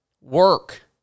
work